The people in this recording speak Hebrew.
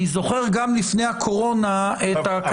אני זוכר גם לפני הקורונה את הכתבות